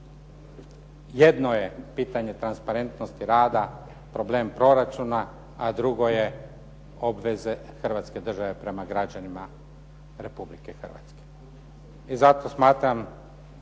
jedno je pitanje transparentnosti rada, problem proračuna a drugo je obveze Hrvatske države prema građanima Republike Hrvatske i zato smatram